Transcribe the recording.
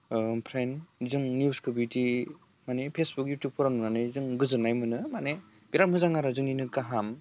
ओमफ्राय जों निउसखो बिदि माने फेसबुक इउटुबफोराव नुनानै जों गोजोननाय मोनो माने बिराद मोजां आरो जोंनिनो गाहाम